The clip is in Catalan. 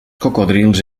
cocodrils